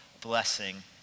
blessing